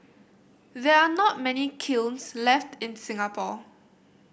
there are not many kilns left in Singapore